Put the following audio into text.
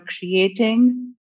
creating